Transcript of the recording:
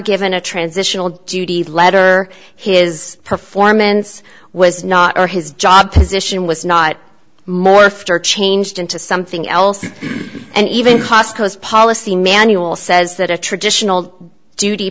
given a transitional duty letter his performance was not or his job position was not morphed or changed into something else and even costco's policy manual says that a traditional duty